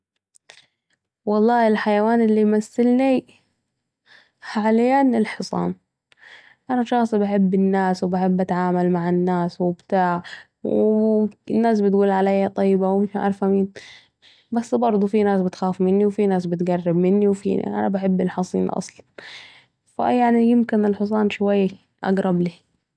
والله الحيوان الي يمثلني حالياً الحصان ، أنا شخص بحب الناس و بحب اتعامل مع الناس و بتاع و الناس بتقول عليا طيبه و مش عارف مين ، بس بردوا في ناس بتخاف مني و في ناس بتقرب مني ، أنا بحب الحصين أصلا فا يعني يمكن شوية الحصان يقرب لي